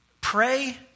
pray